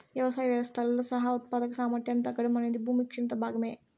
వ్యవసాయ వ్యవస్థలతో సహా ఉత్పాదక సామర్థ్యాన్ని తగ్గడం అనేది భూమి క్షీణత భాగమే